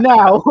Now